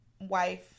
wife